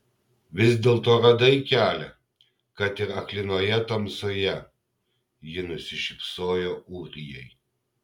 vis dėlto radai kelią kad ir aklinoje tamsoje ji nusišypsojo ūrijai